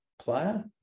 player